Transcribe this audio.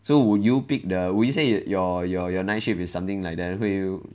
so would you pick the would you say your your your night shift is something like that 会